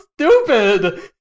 stupid